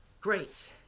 Great